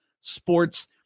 sports